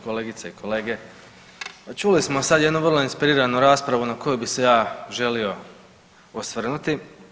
Kolegice i kolege, pa čuli smo sad jednu vrlo inspiriranu raspravu na koju bi se ja želio osvrnuti.